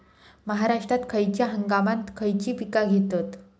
महाराष्ट्रात खयच्या हंगामांत खयची पीका घेतत?